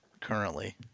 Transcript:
currently